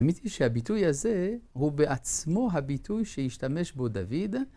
האמת היא שהביטוי הזה הוא בעצמו הביטוי שהשתמש בו דוד.